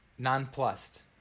Nonplussed